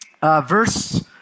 verse